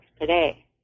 today